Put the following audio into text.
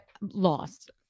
Lost